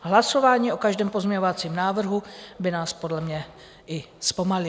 Hlasování o každém pozměňovacím návrhu by nás podle mě zpomalilo.